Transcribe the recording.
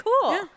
cool